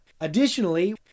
Additionally